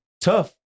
Tough